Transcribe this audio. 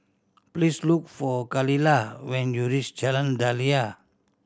please look for Khalilah when you reach Jalan Daliah